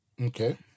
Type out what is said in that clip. okay